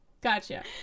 gotcha